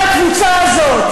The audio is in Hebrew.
על הקבוצה הזאת.